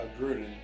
Gruden